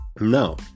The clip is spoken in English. no